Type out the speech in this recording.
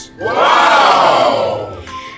Wow